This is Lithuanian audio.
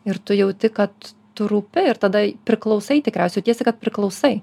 ir tu jauti kad tu rūpi ir tada priklausai tikriausiai jautiesi kad priklausai